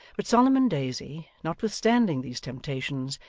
but solomon daisy, notwithstanding these temptations,